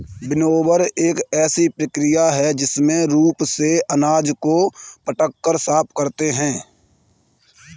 winnower एक ऐसी प्रक्रिया है जिसमें रूप से अनाज को पटक कर साफ करते हैं